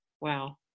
Wow